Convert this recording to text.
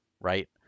right